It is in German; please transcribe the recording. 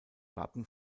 wappen